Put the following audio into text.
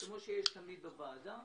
כמו שיש תמיד בוועדה.